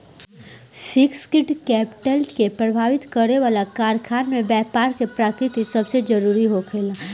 fixed capital के प्रभावित करे वाला कारकन में बैपार के प्रकृति सबसे जरूरी होखेला